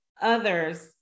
others